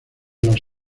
los